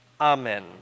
Amen